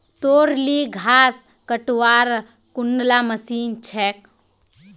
तोर ली घास कटवार कुनला मशीन छेक